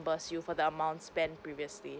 you for the amount spent previously